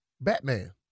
Batman